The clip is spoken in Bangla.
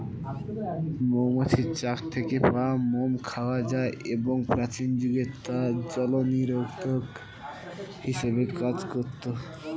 মৌমাছির চাক থেকে পাওয়া মোম খাওয়া যায় এবং প্রাচীন যুগে তা জলনিরোধক হিসেবে কাজ করত